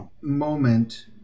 moment